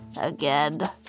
again